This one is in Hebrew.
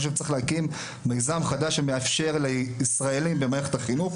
אני חושב שצריך להקים מיזם חדש שיאפשר לישראלים במערכת החינוך,